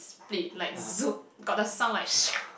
split like got the sound like